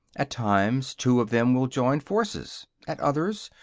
at times, two of them will join forces at others,